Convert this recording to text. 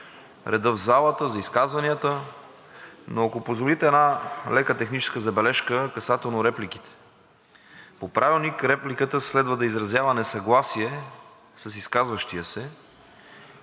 реда в залата, за изказванията, но ако позволите една лека техническа забележка касателно репликите. По Правилник репликата следва да изразява несъгласие с изказващия се.